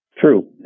True